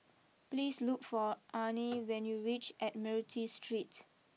please look for Arne when you reach Admiralty Street